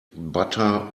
butter